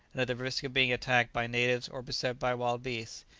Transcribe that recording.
and at the risk of being attacked by natives or beset by wild beasts,